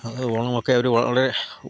അത് ഓണമൊക്കെ അവർ വളരേ